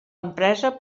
empresa